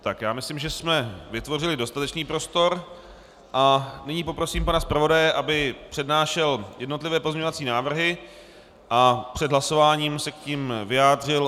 Tak, já myslím, že jsme vytvořili dostatečný prostor, a nyní poprosím pana zpravodaje, aby přednášel jednotlivé pozměňovací návrhy a před hlasováním se k nim vyjádřil.